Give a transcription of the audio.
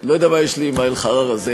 לא יודע מה יש לי עם האלחרר הזה,